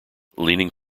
leaning